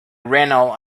renal